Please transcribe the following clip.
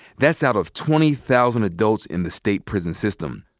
that's out of twenty thousand adults in the state prison system.